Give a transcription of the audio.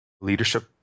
leadership